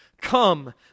Come